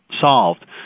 solved